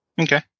Okay